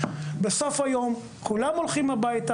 בסוף היום כולם הולכים הביתה.